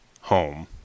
home